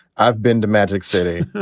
i've been to magic city.